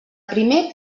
primer